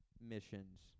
missions